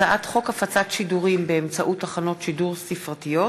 הצעת חוק הפצת שידורים באמצעות תחנות שידור ספרתיות